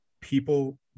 people